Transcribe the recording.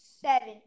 seven